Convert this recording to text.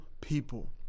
people